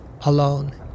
alone